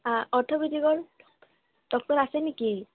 অৰ্থপেডিকৰ doctor আছে নেকি